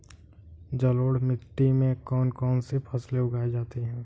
जलोढ़ मिट्टी में कौन कौन सी फसलें उगाई जाती हैं?